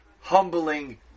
humbling